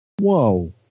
whoa